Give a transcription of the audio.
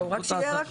בסדר.